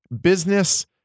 business